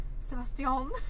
Sebastian